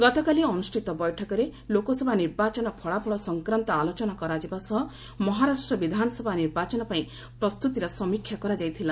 ଗତକାଲି ଅନୁଷ୍ଠିତ ବୈଠକରେ ଲୋକସଭା ନିର୍ବାଚନ ଫଳାଫଳ ସଂକ୍ରାନ୍ତ ଆଲୋଚନା କରାଯିବା ସହ ମହାରାଷ୍ଟ୍ର ବିଧାନସଭା ନିର୍ବାଚନ ପାଇଁ ପ୍ରସ୍ତୁତିରେ ସମୀକ୍ଷା କରାଯାଇଥିଲା